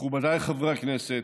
מכובדיי חברי הכנסת,